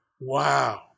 wow